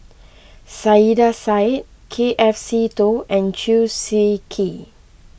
Saiedah Said K F Seetoh and Chew Swee Kee